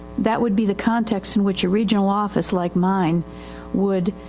that would be the context in which a regional office like mine would,